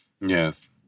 Yes